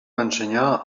ensenyar